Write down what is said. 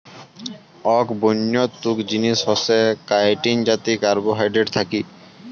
আক বন্য তুক জিনিস হসে কাইটিন যাতি কার্বোহাইড্রেট থাকি